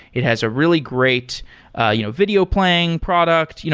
it has a really great ah you know video playing product, you know